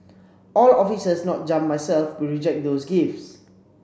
all officers not jump myself will reject those gifts